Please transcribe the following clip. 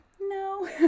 no